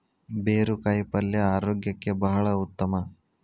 ಬೇರು ಕಾಯಿಪಲ್ಯ ಆರೋಗ್ಯಕ್ಕೆ ಬಹಳ ಉತ್ತಮ